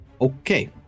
Okay